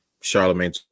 Charlemagne